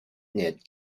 knit